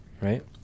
right